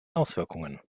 auswirkungen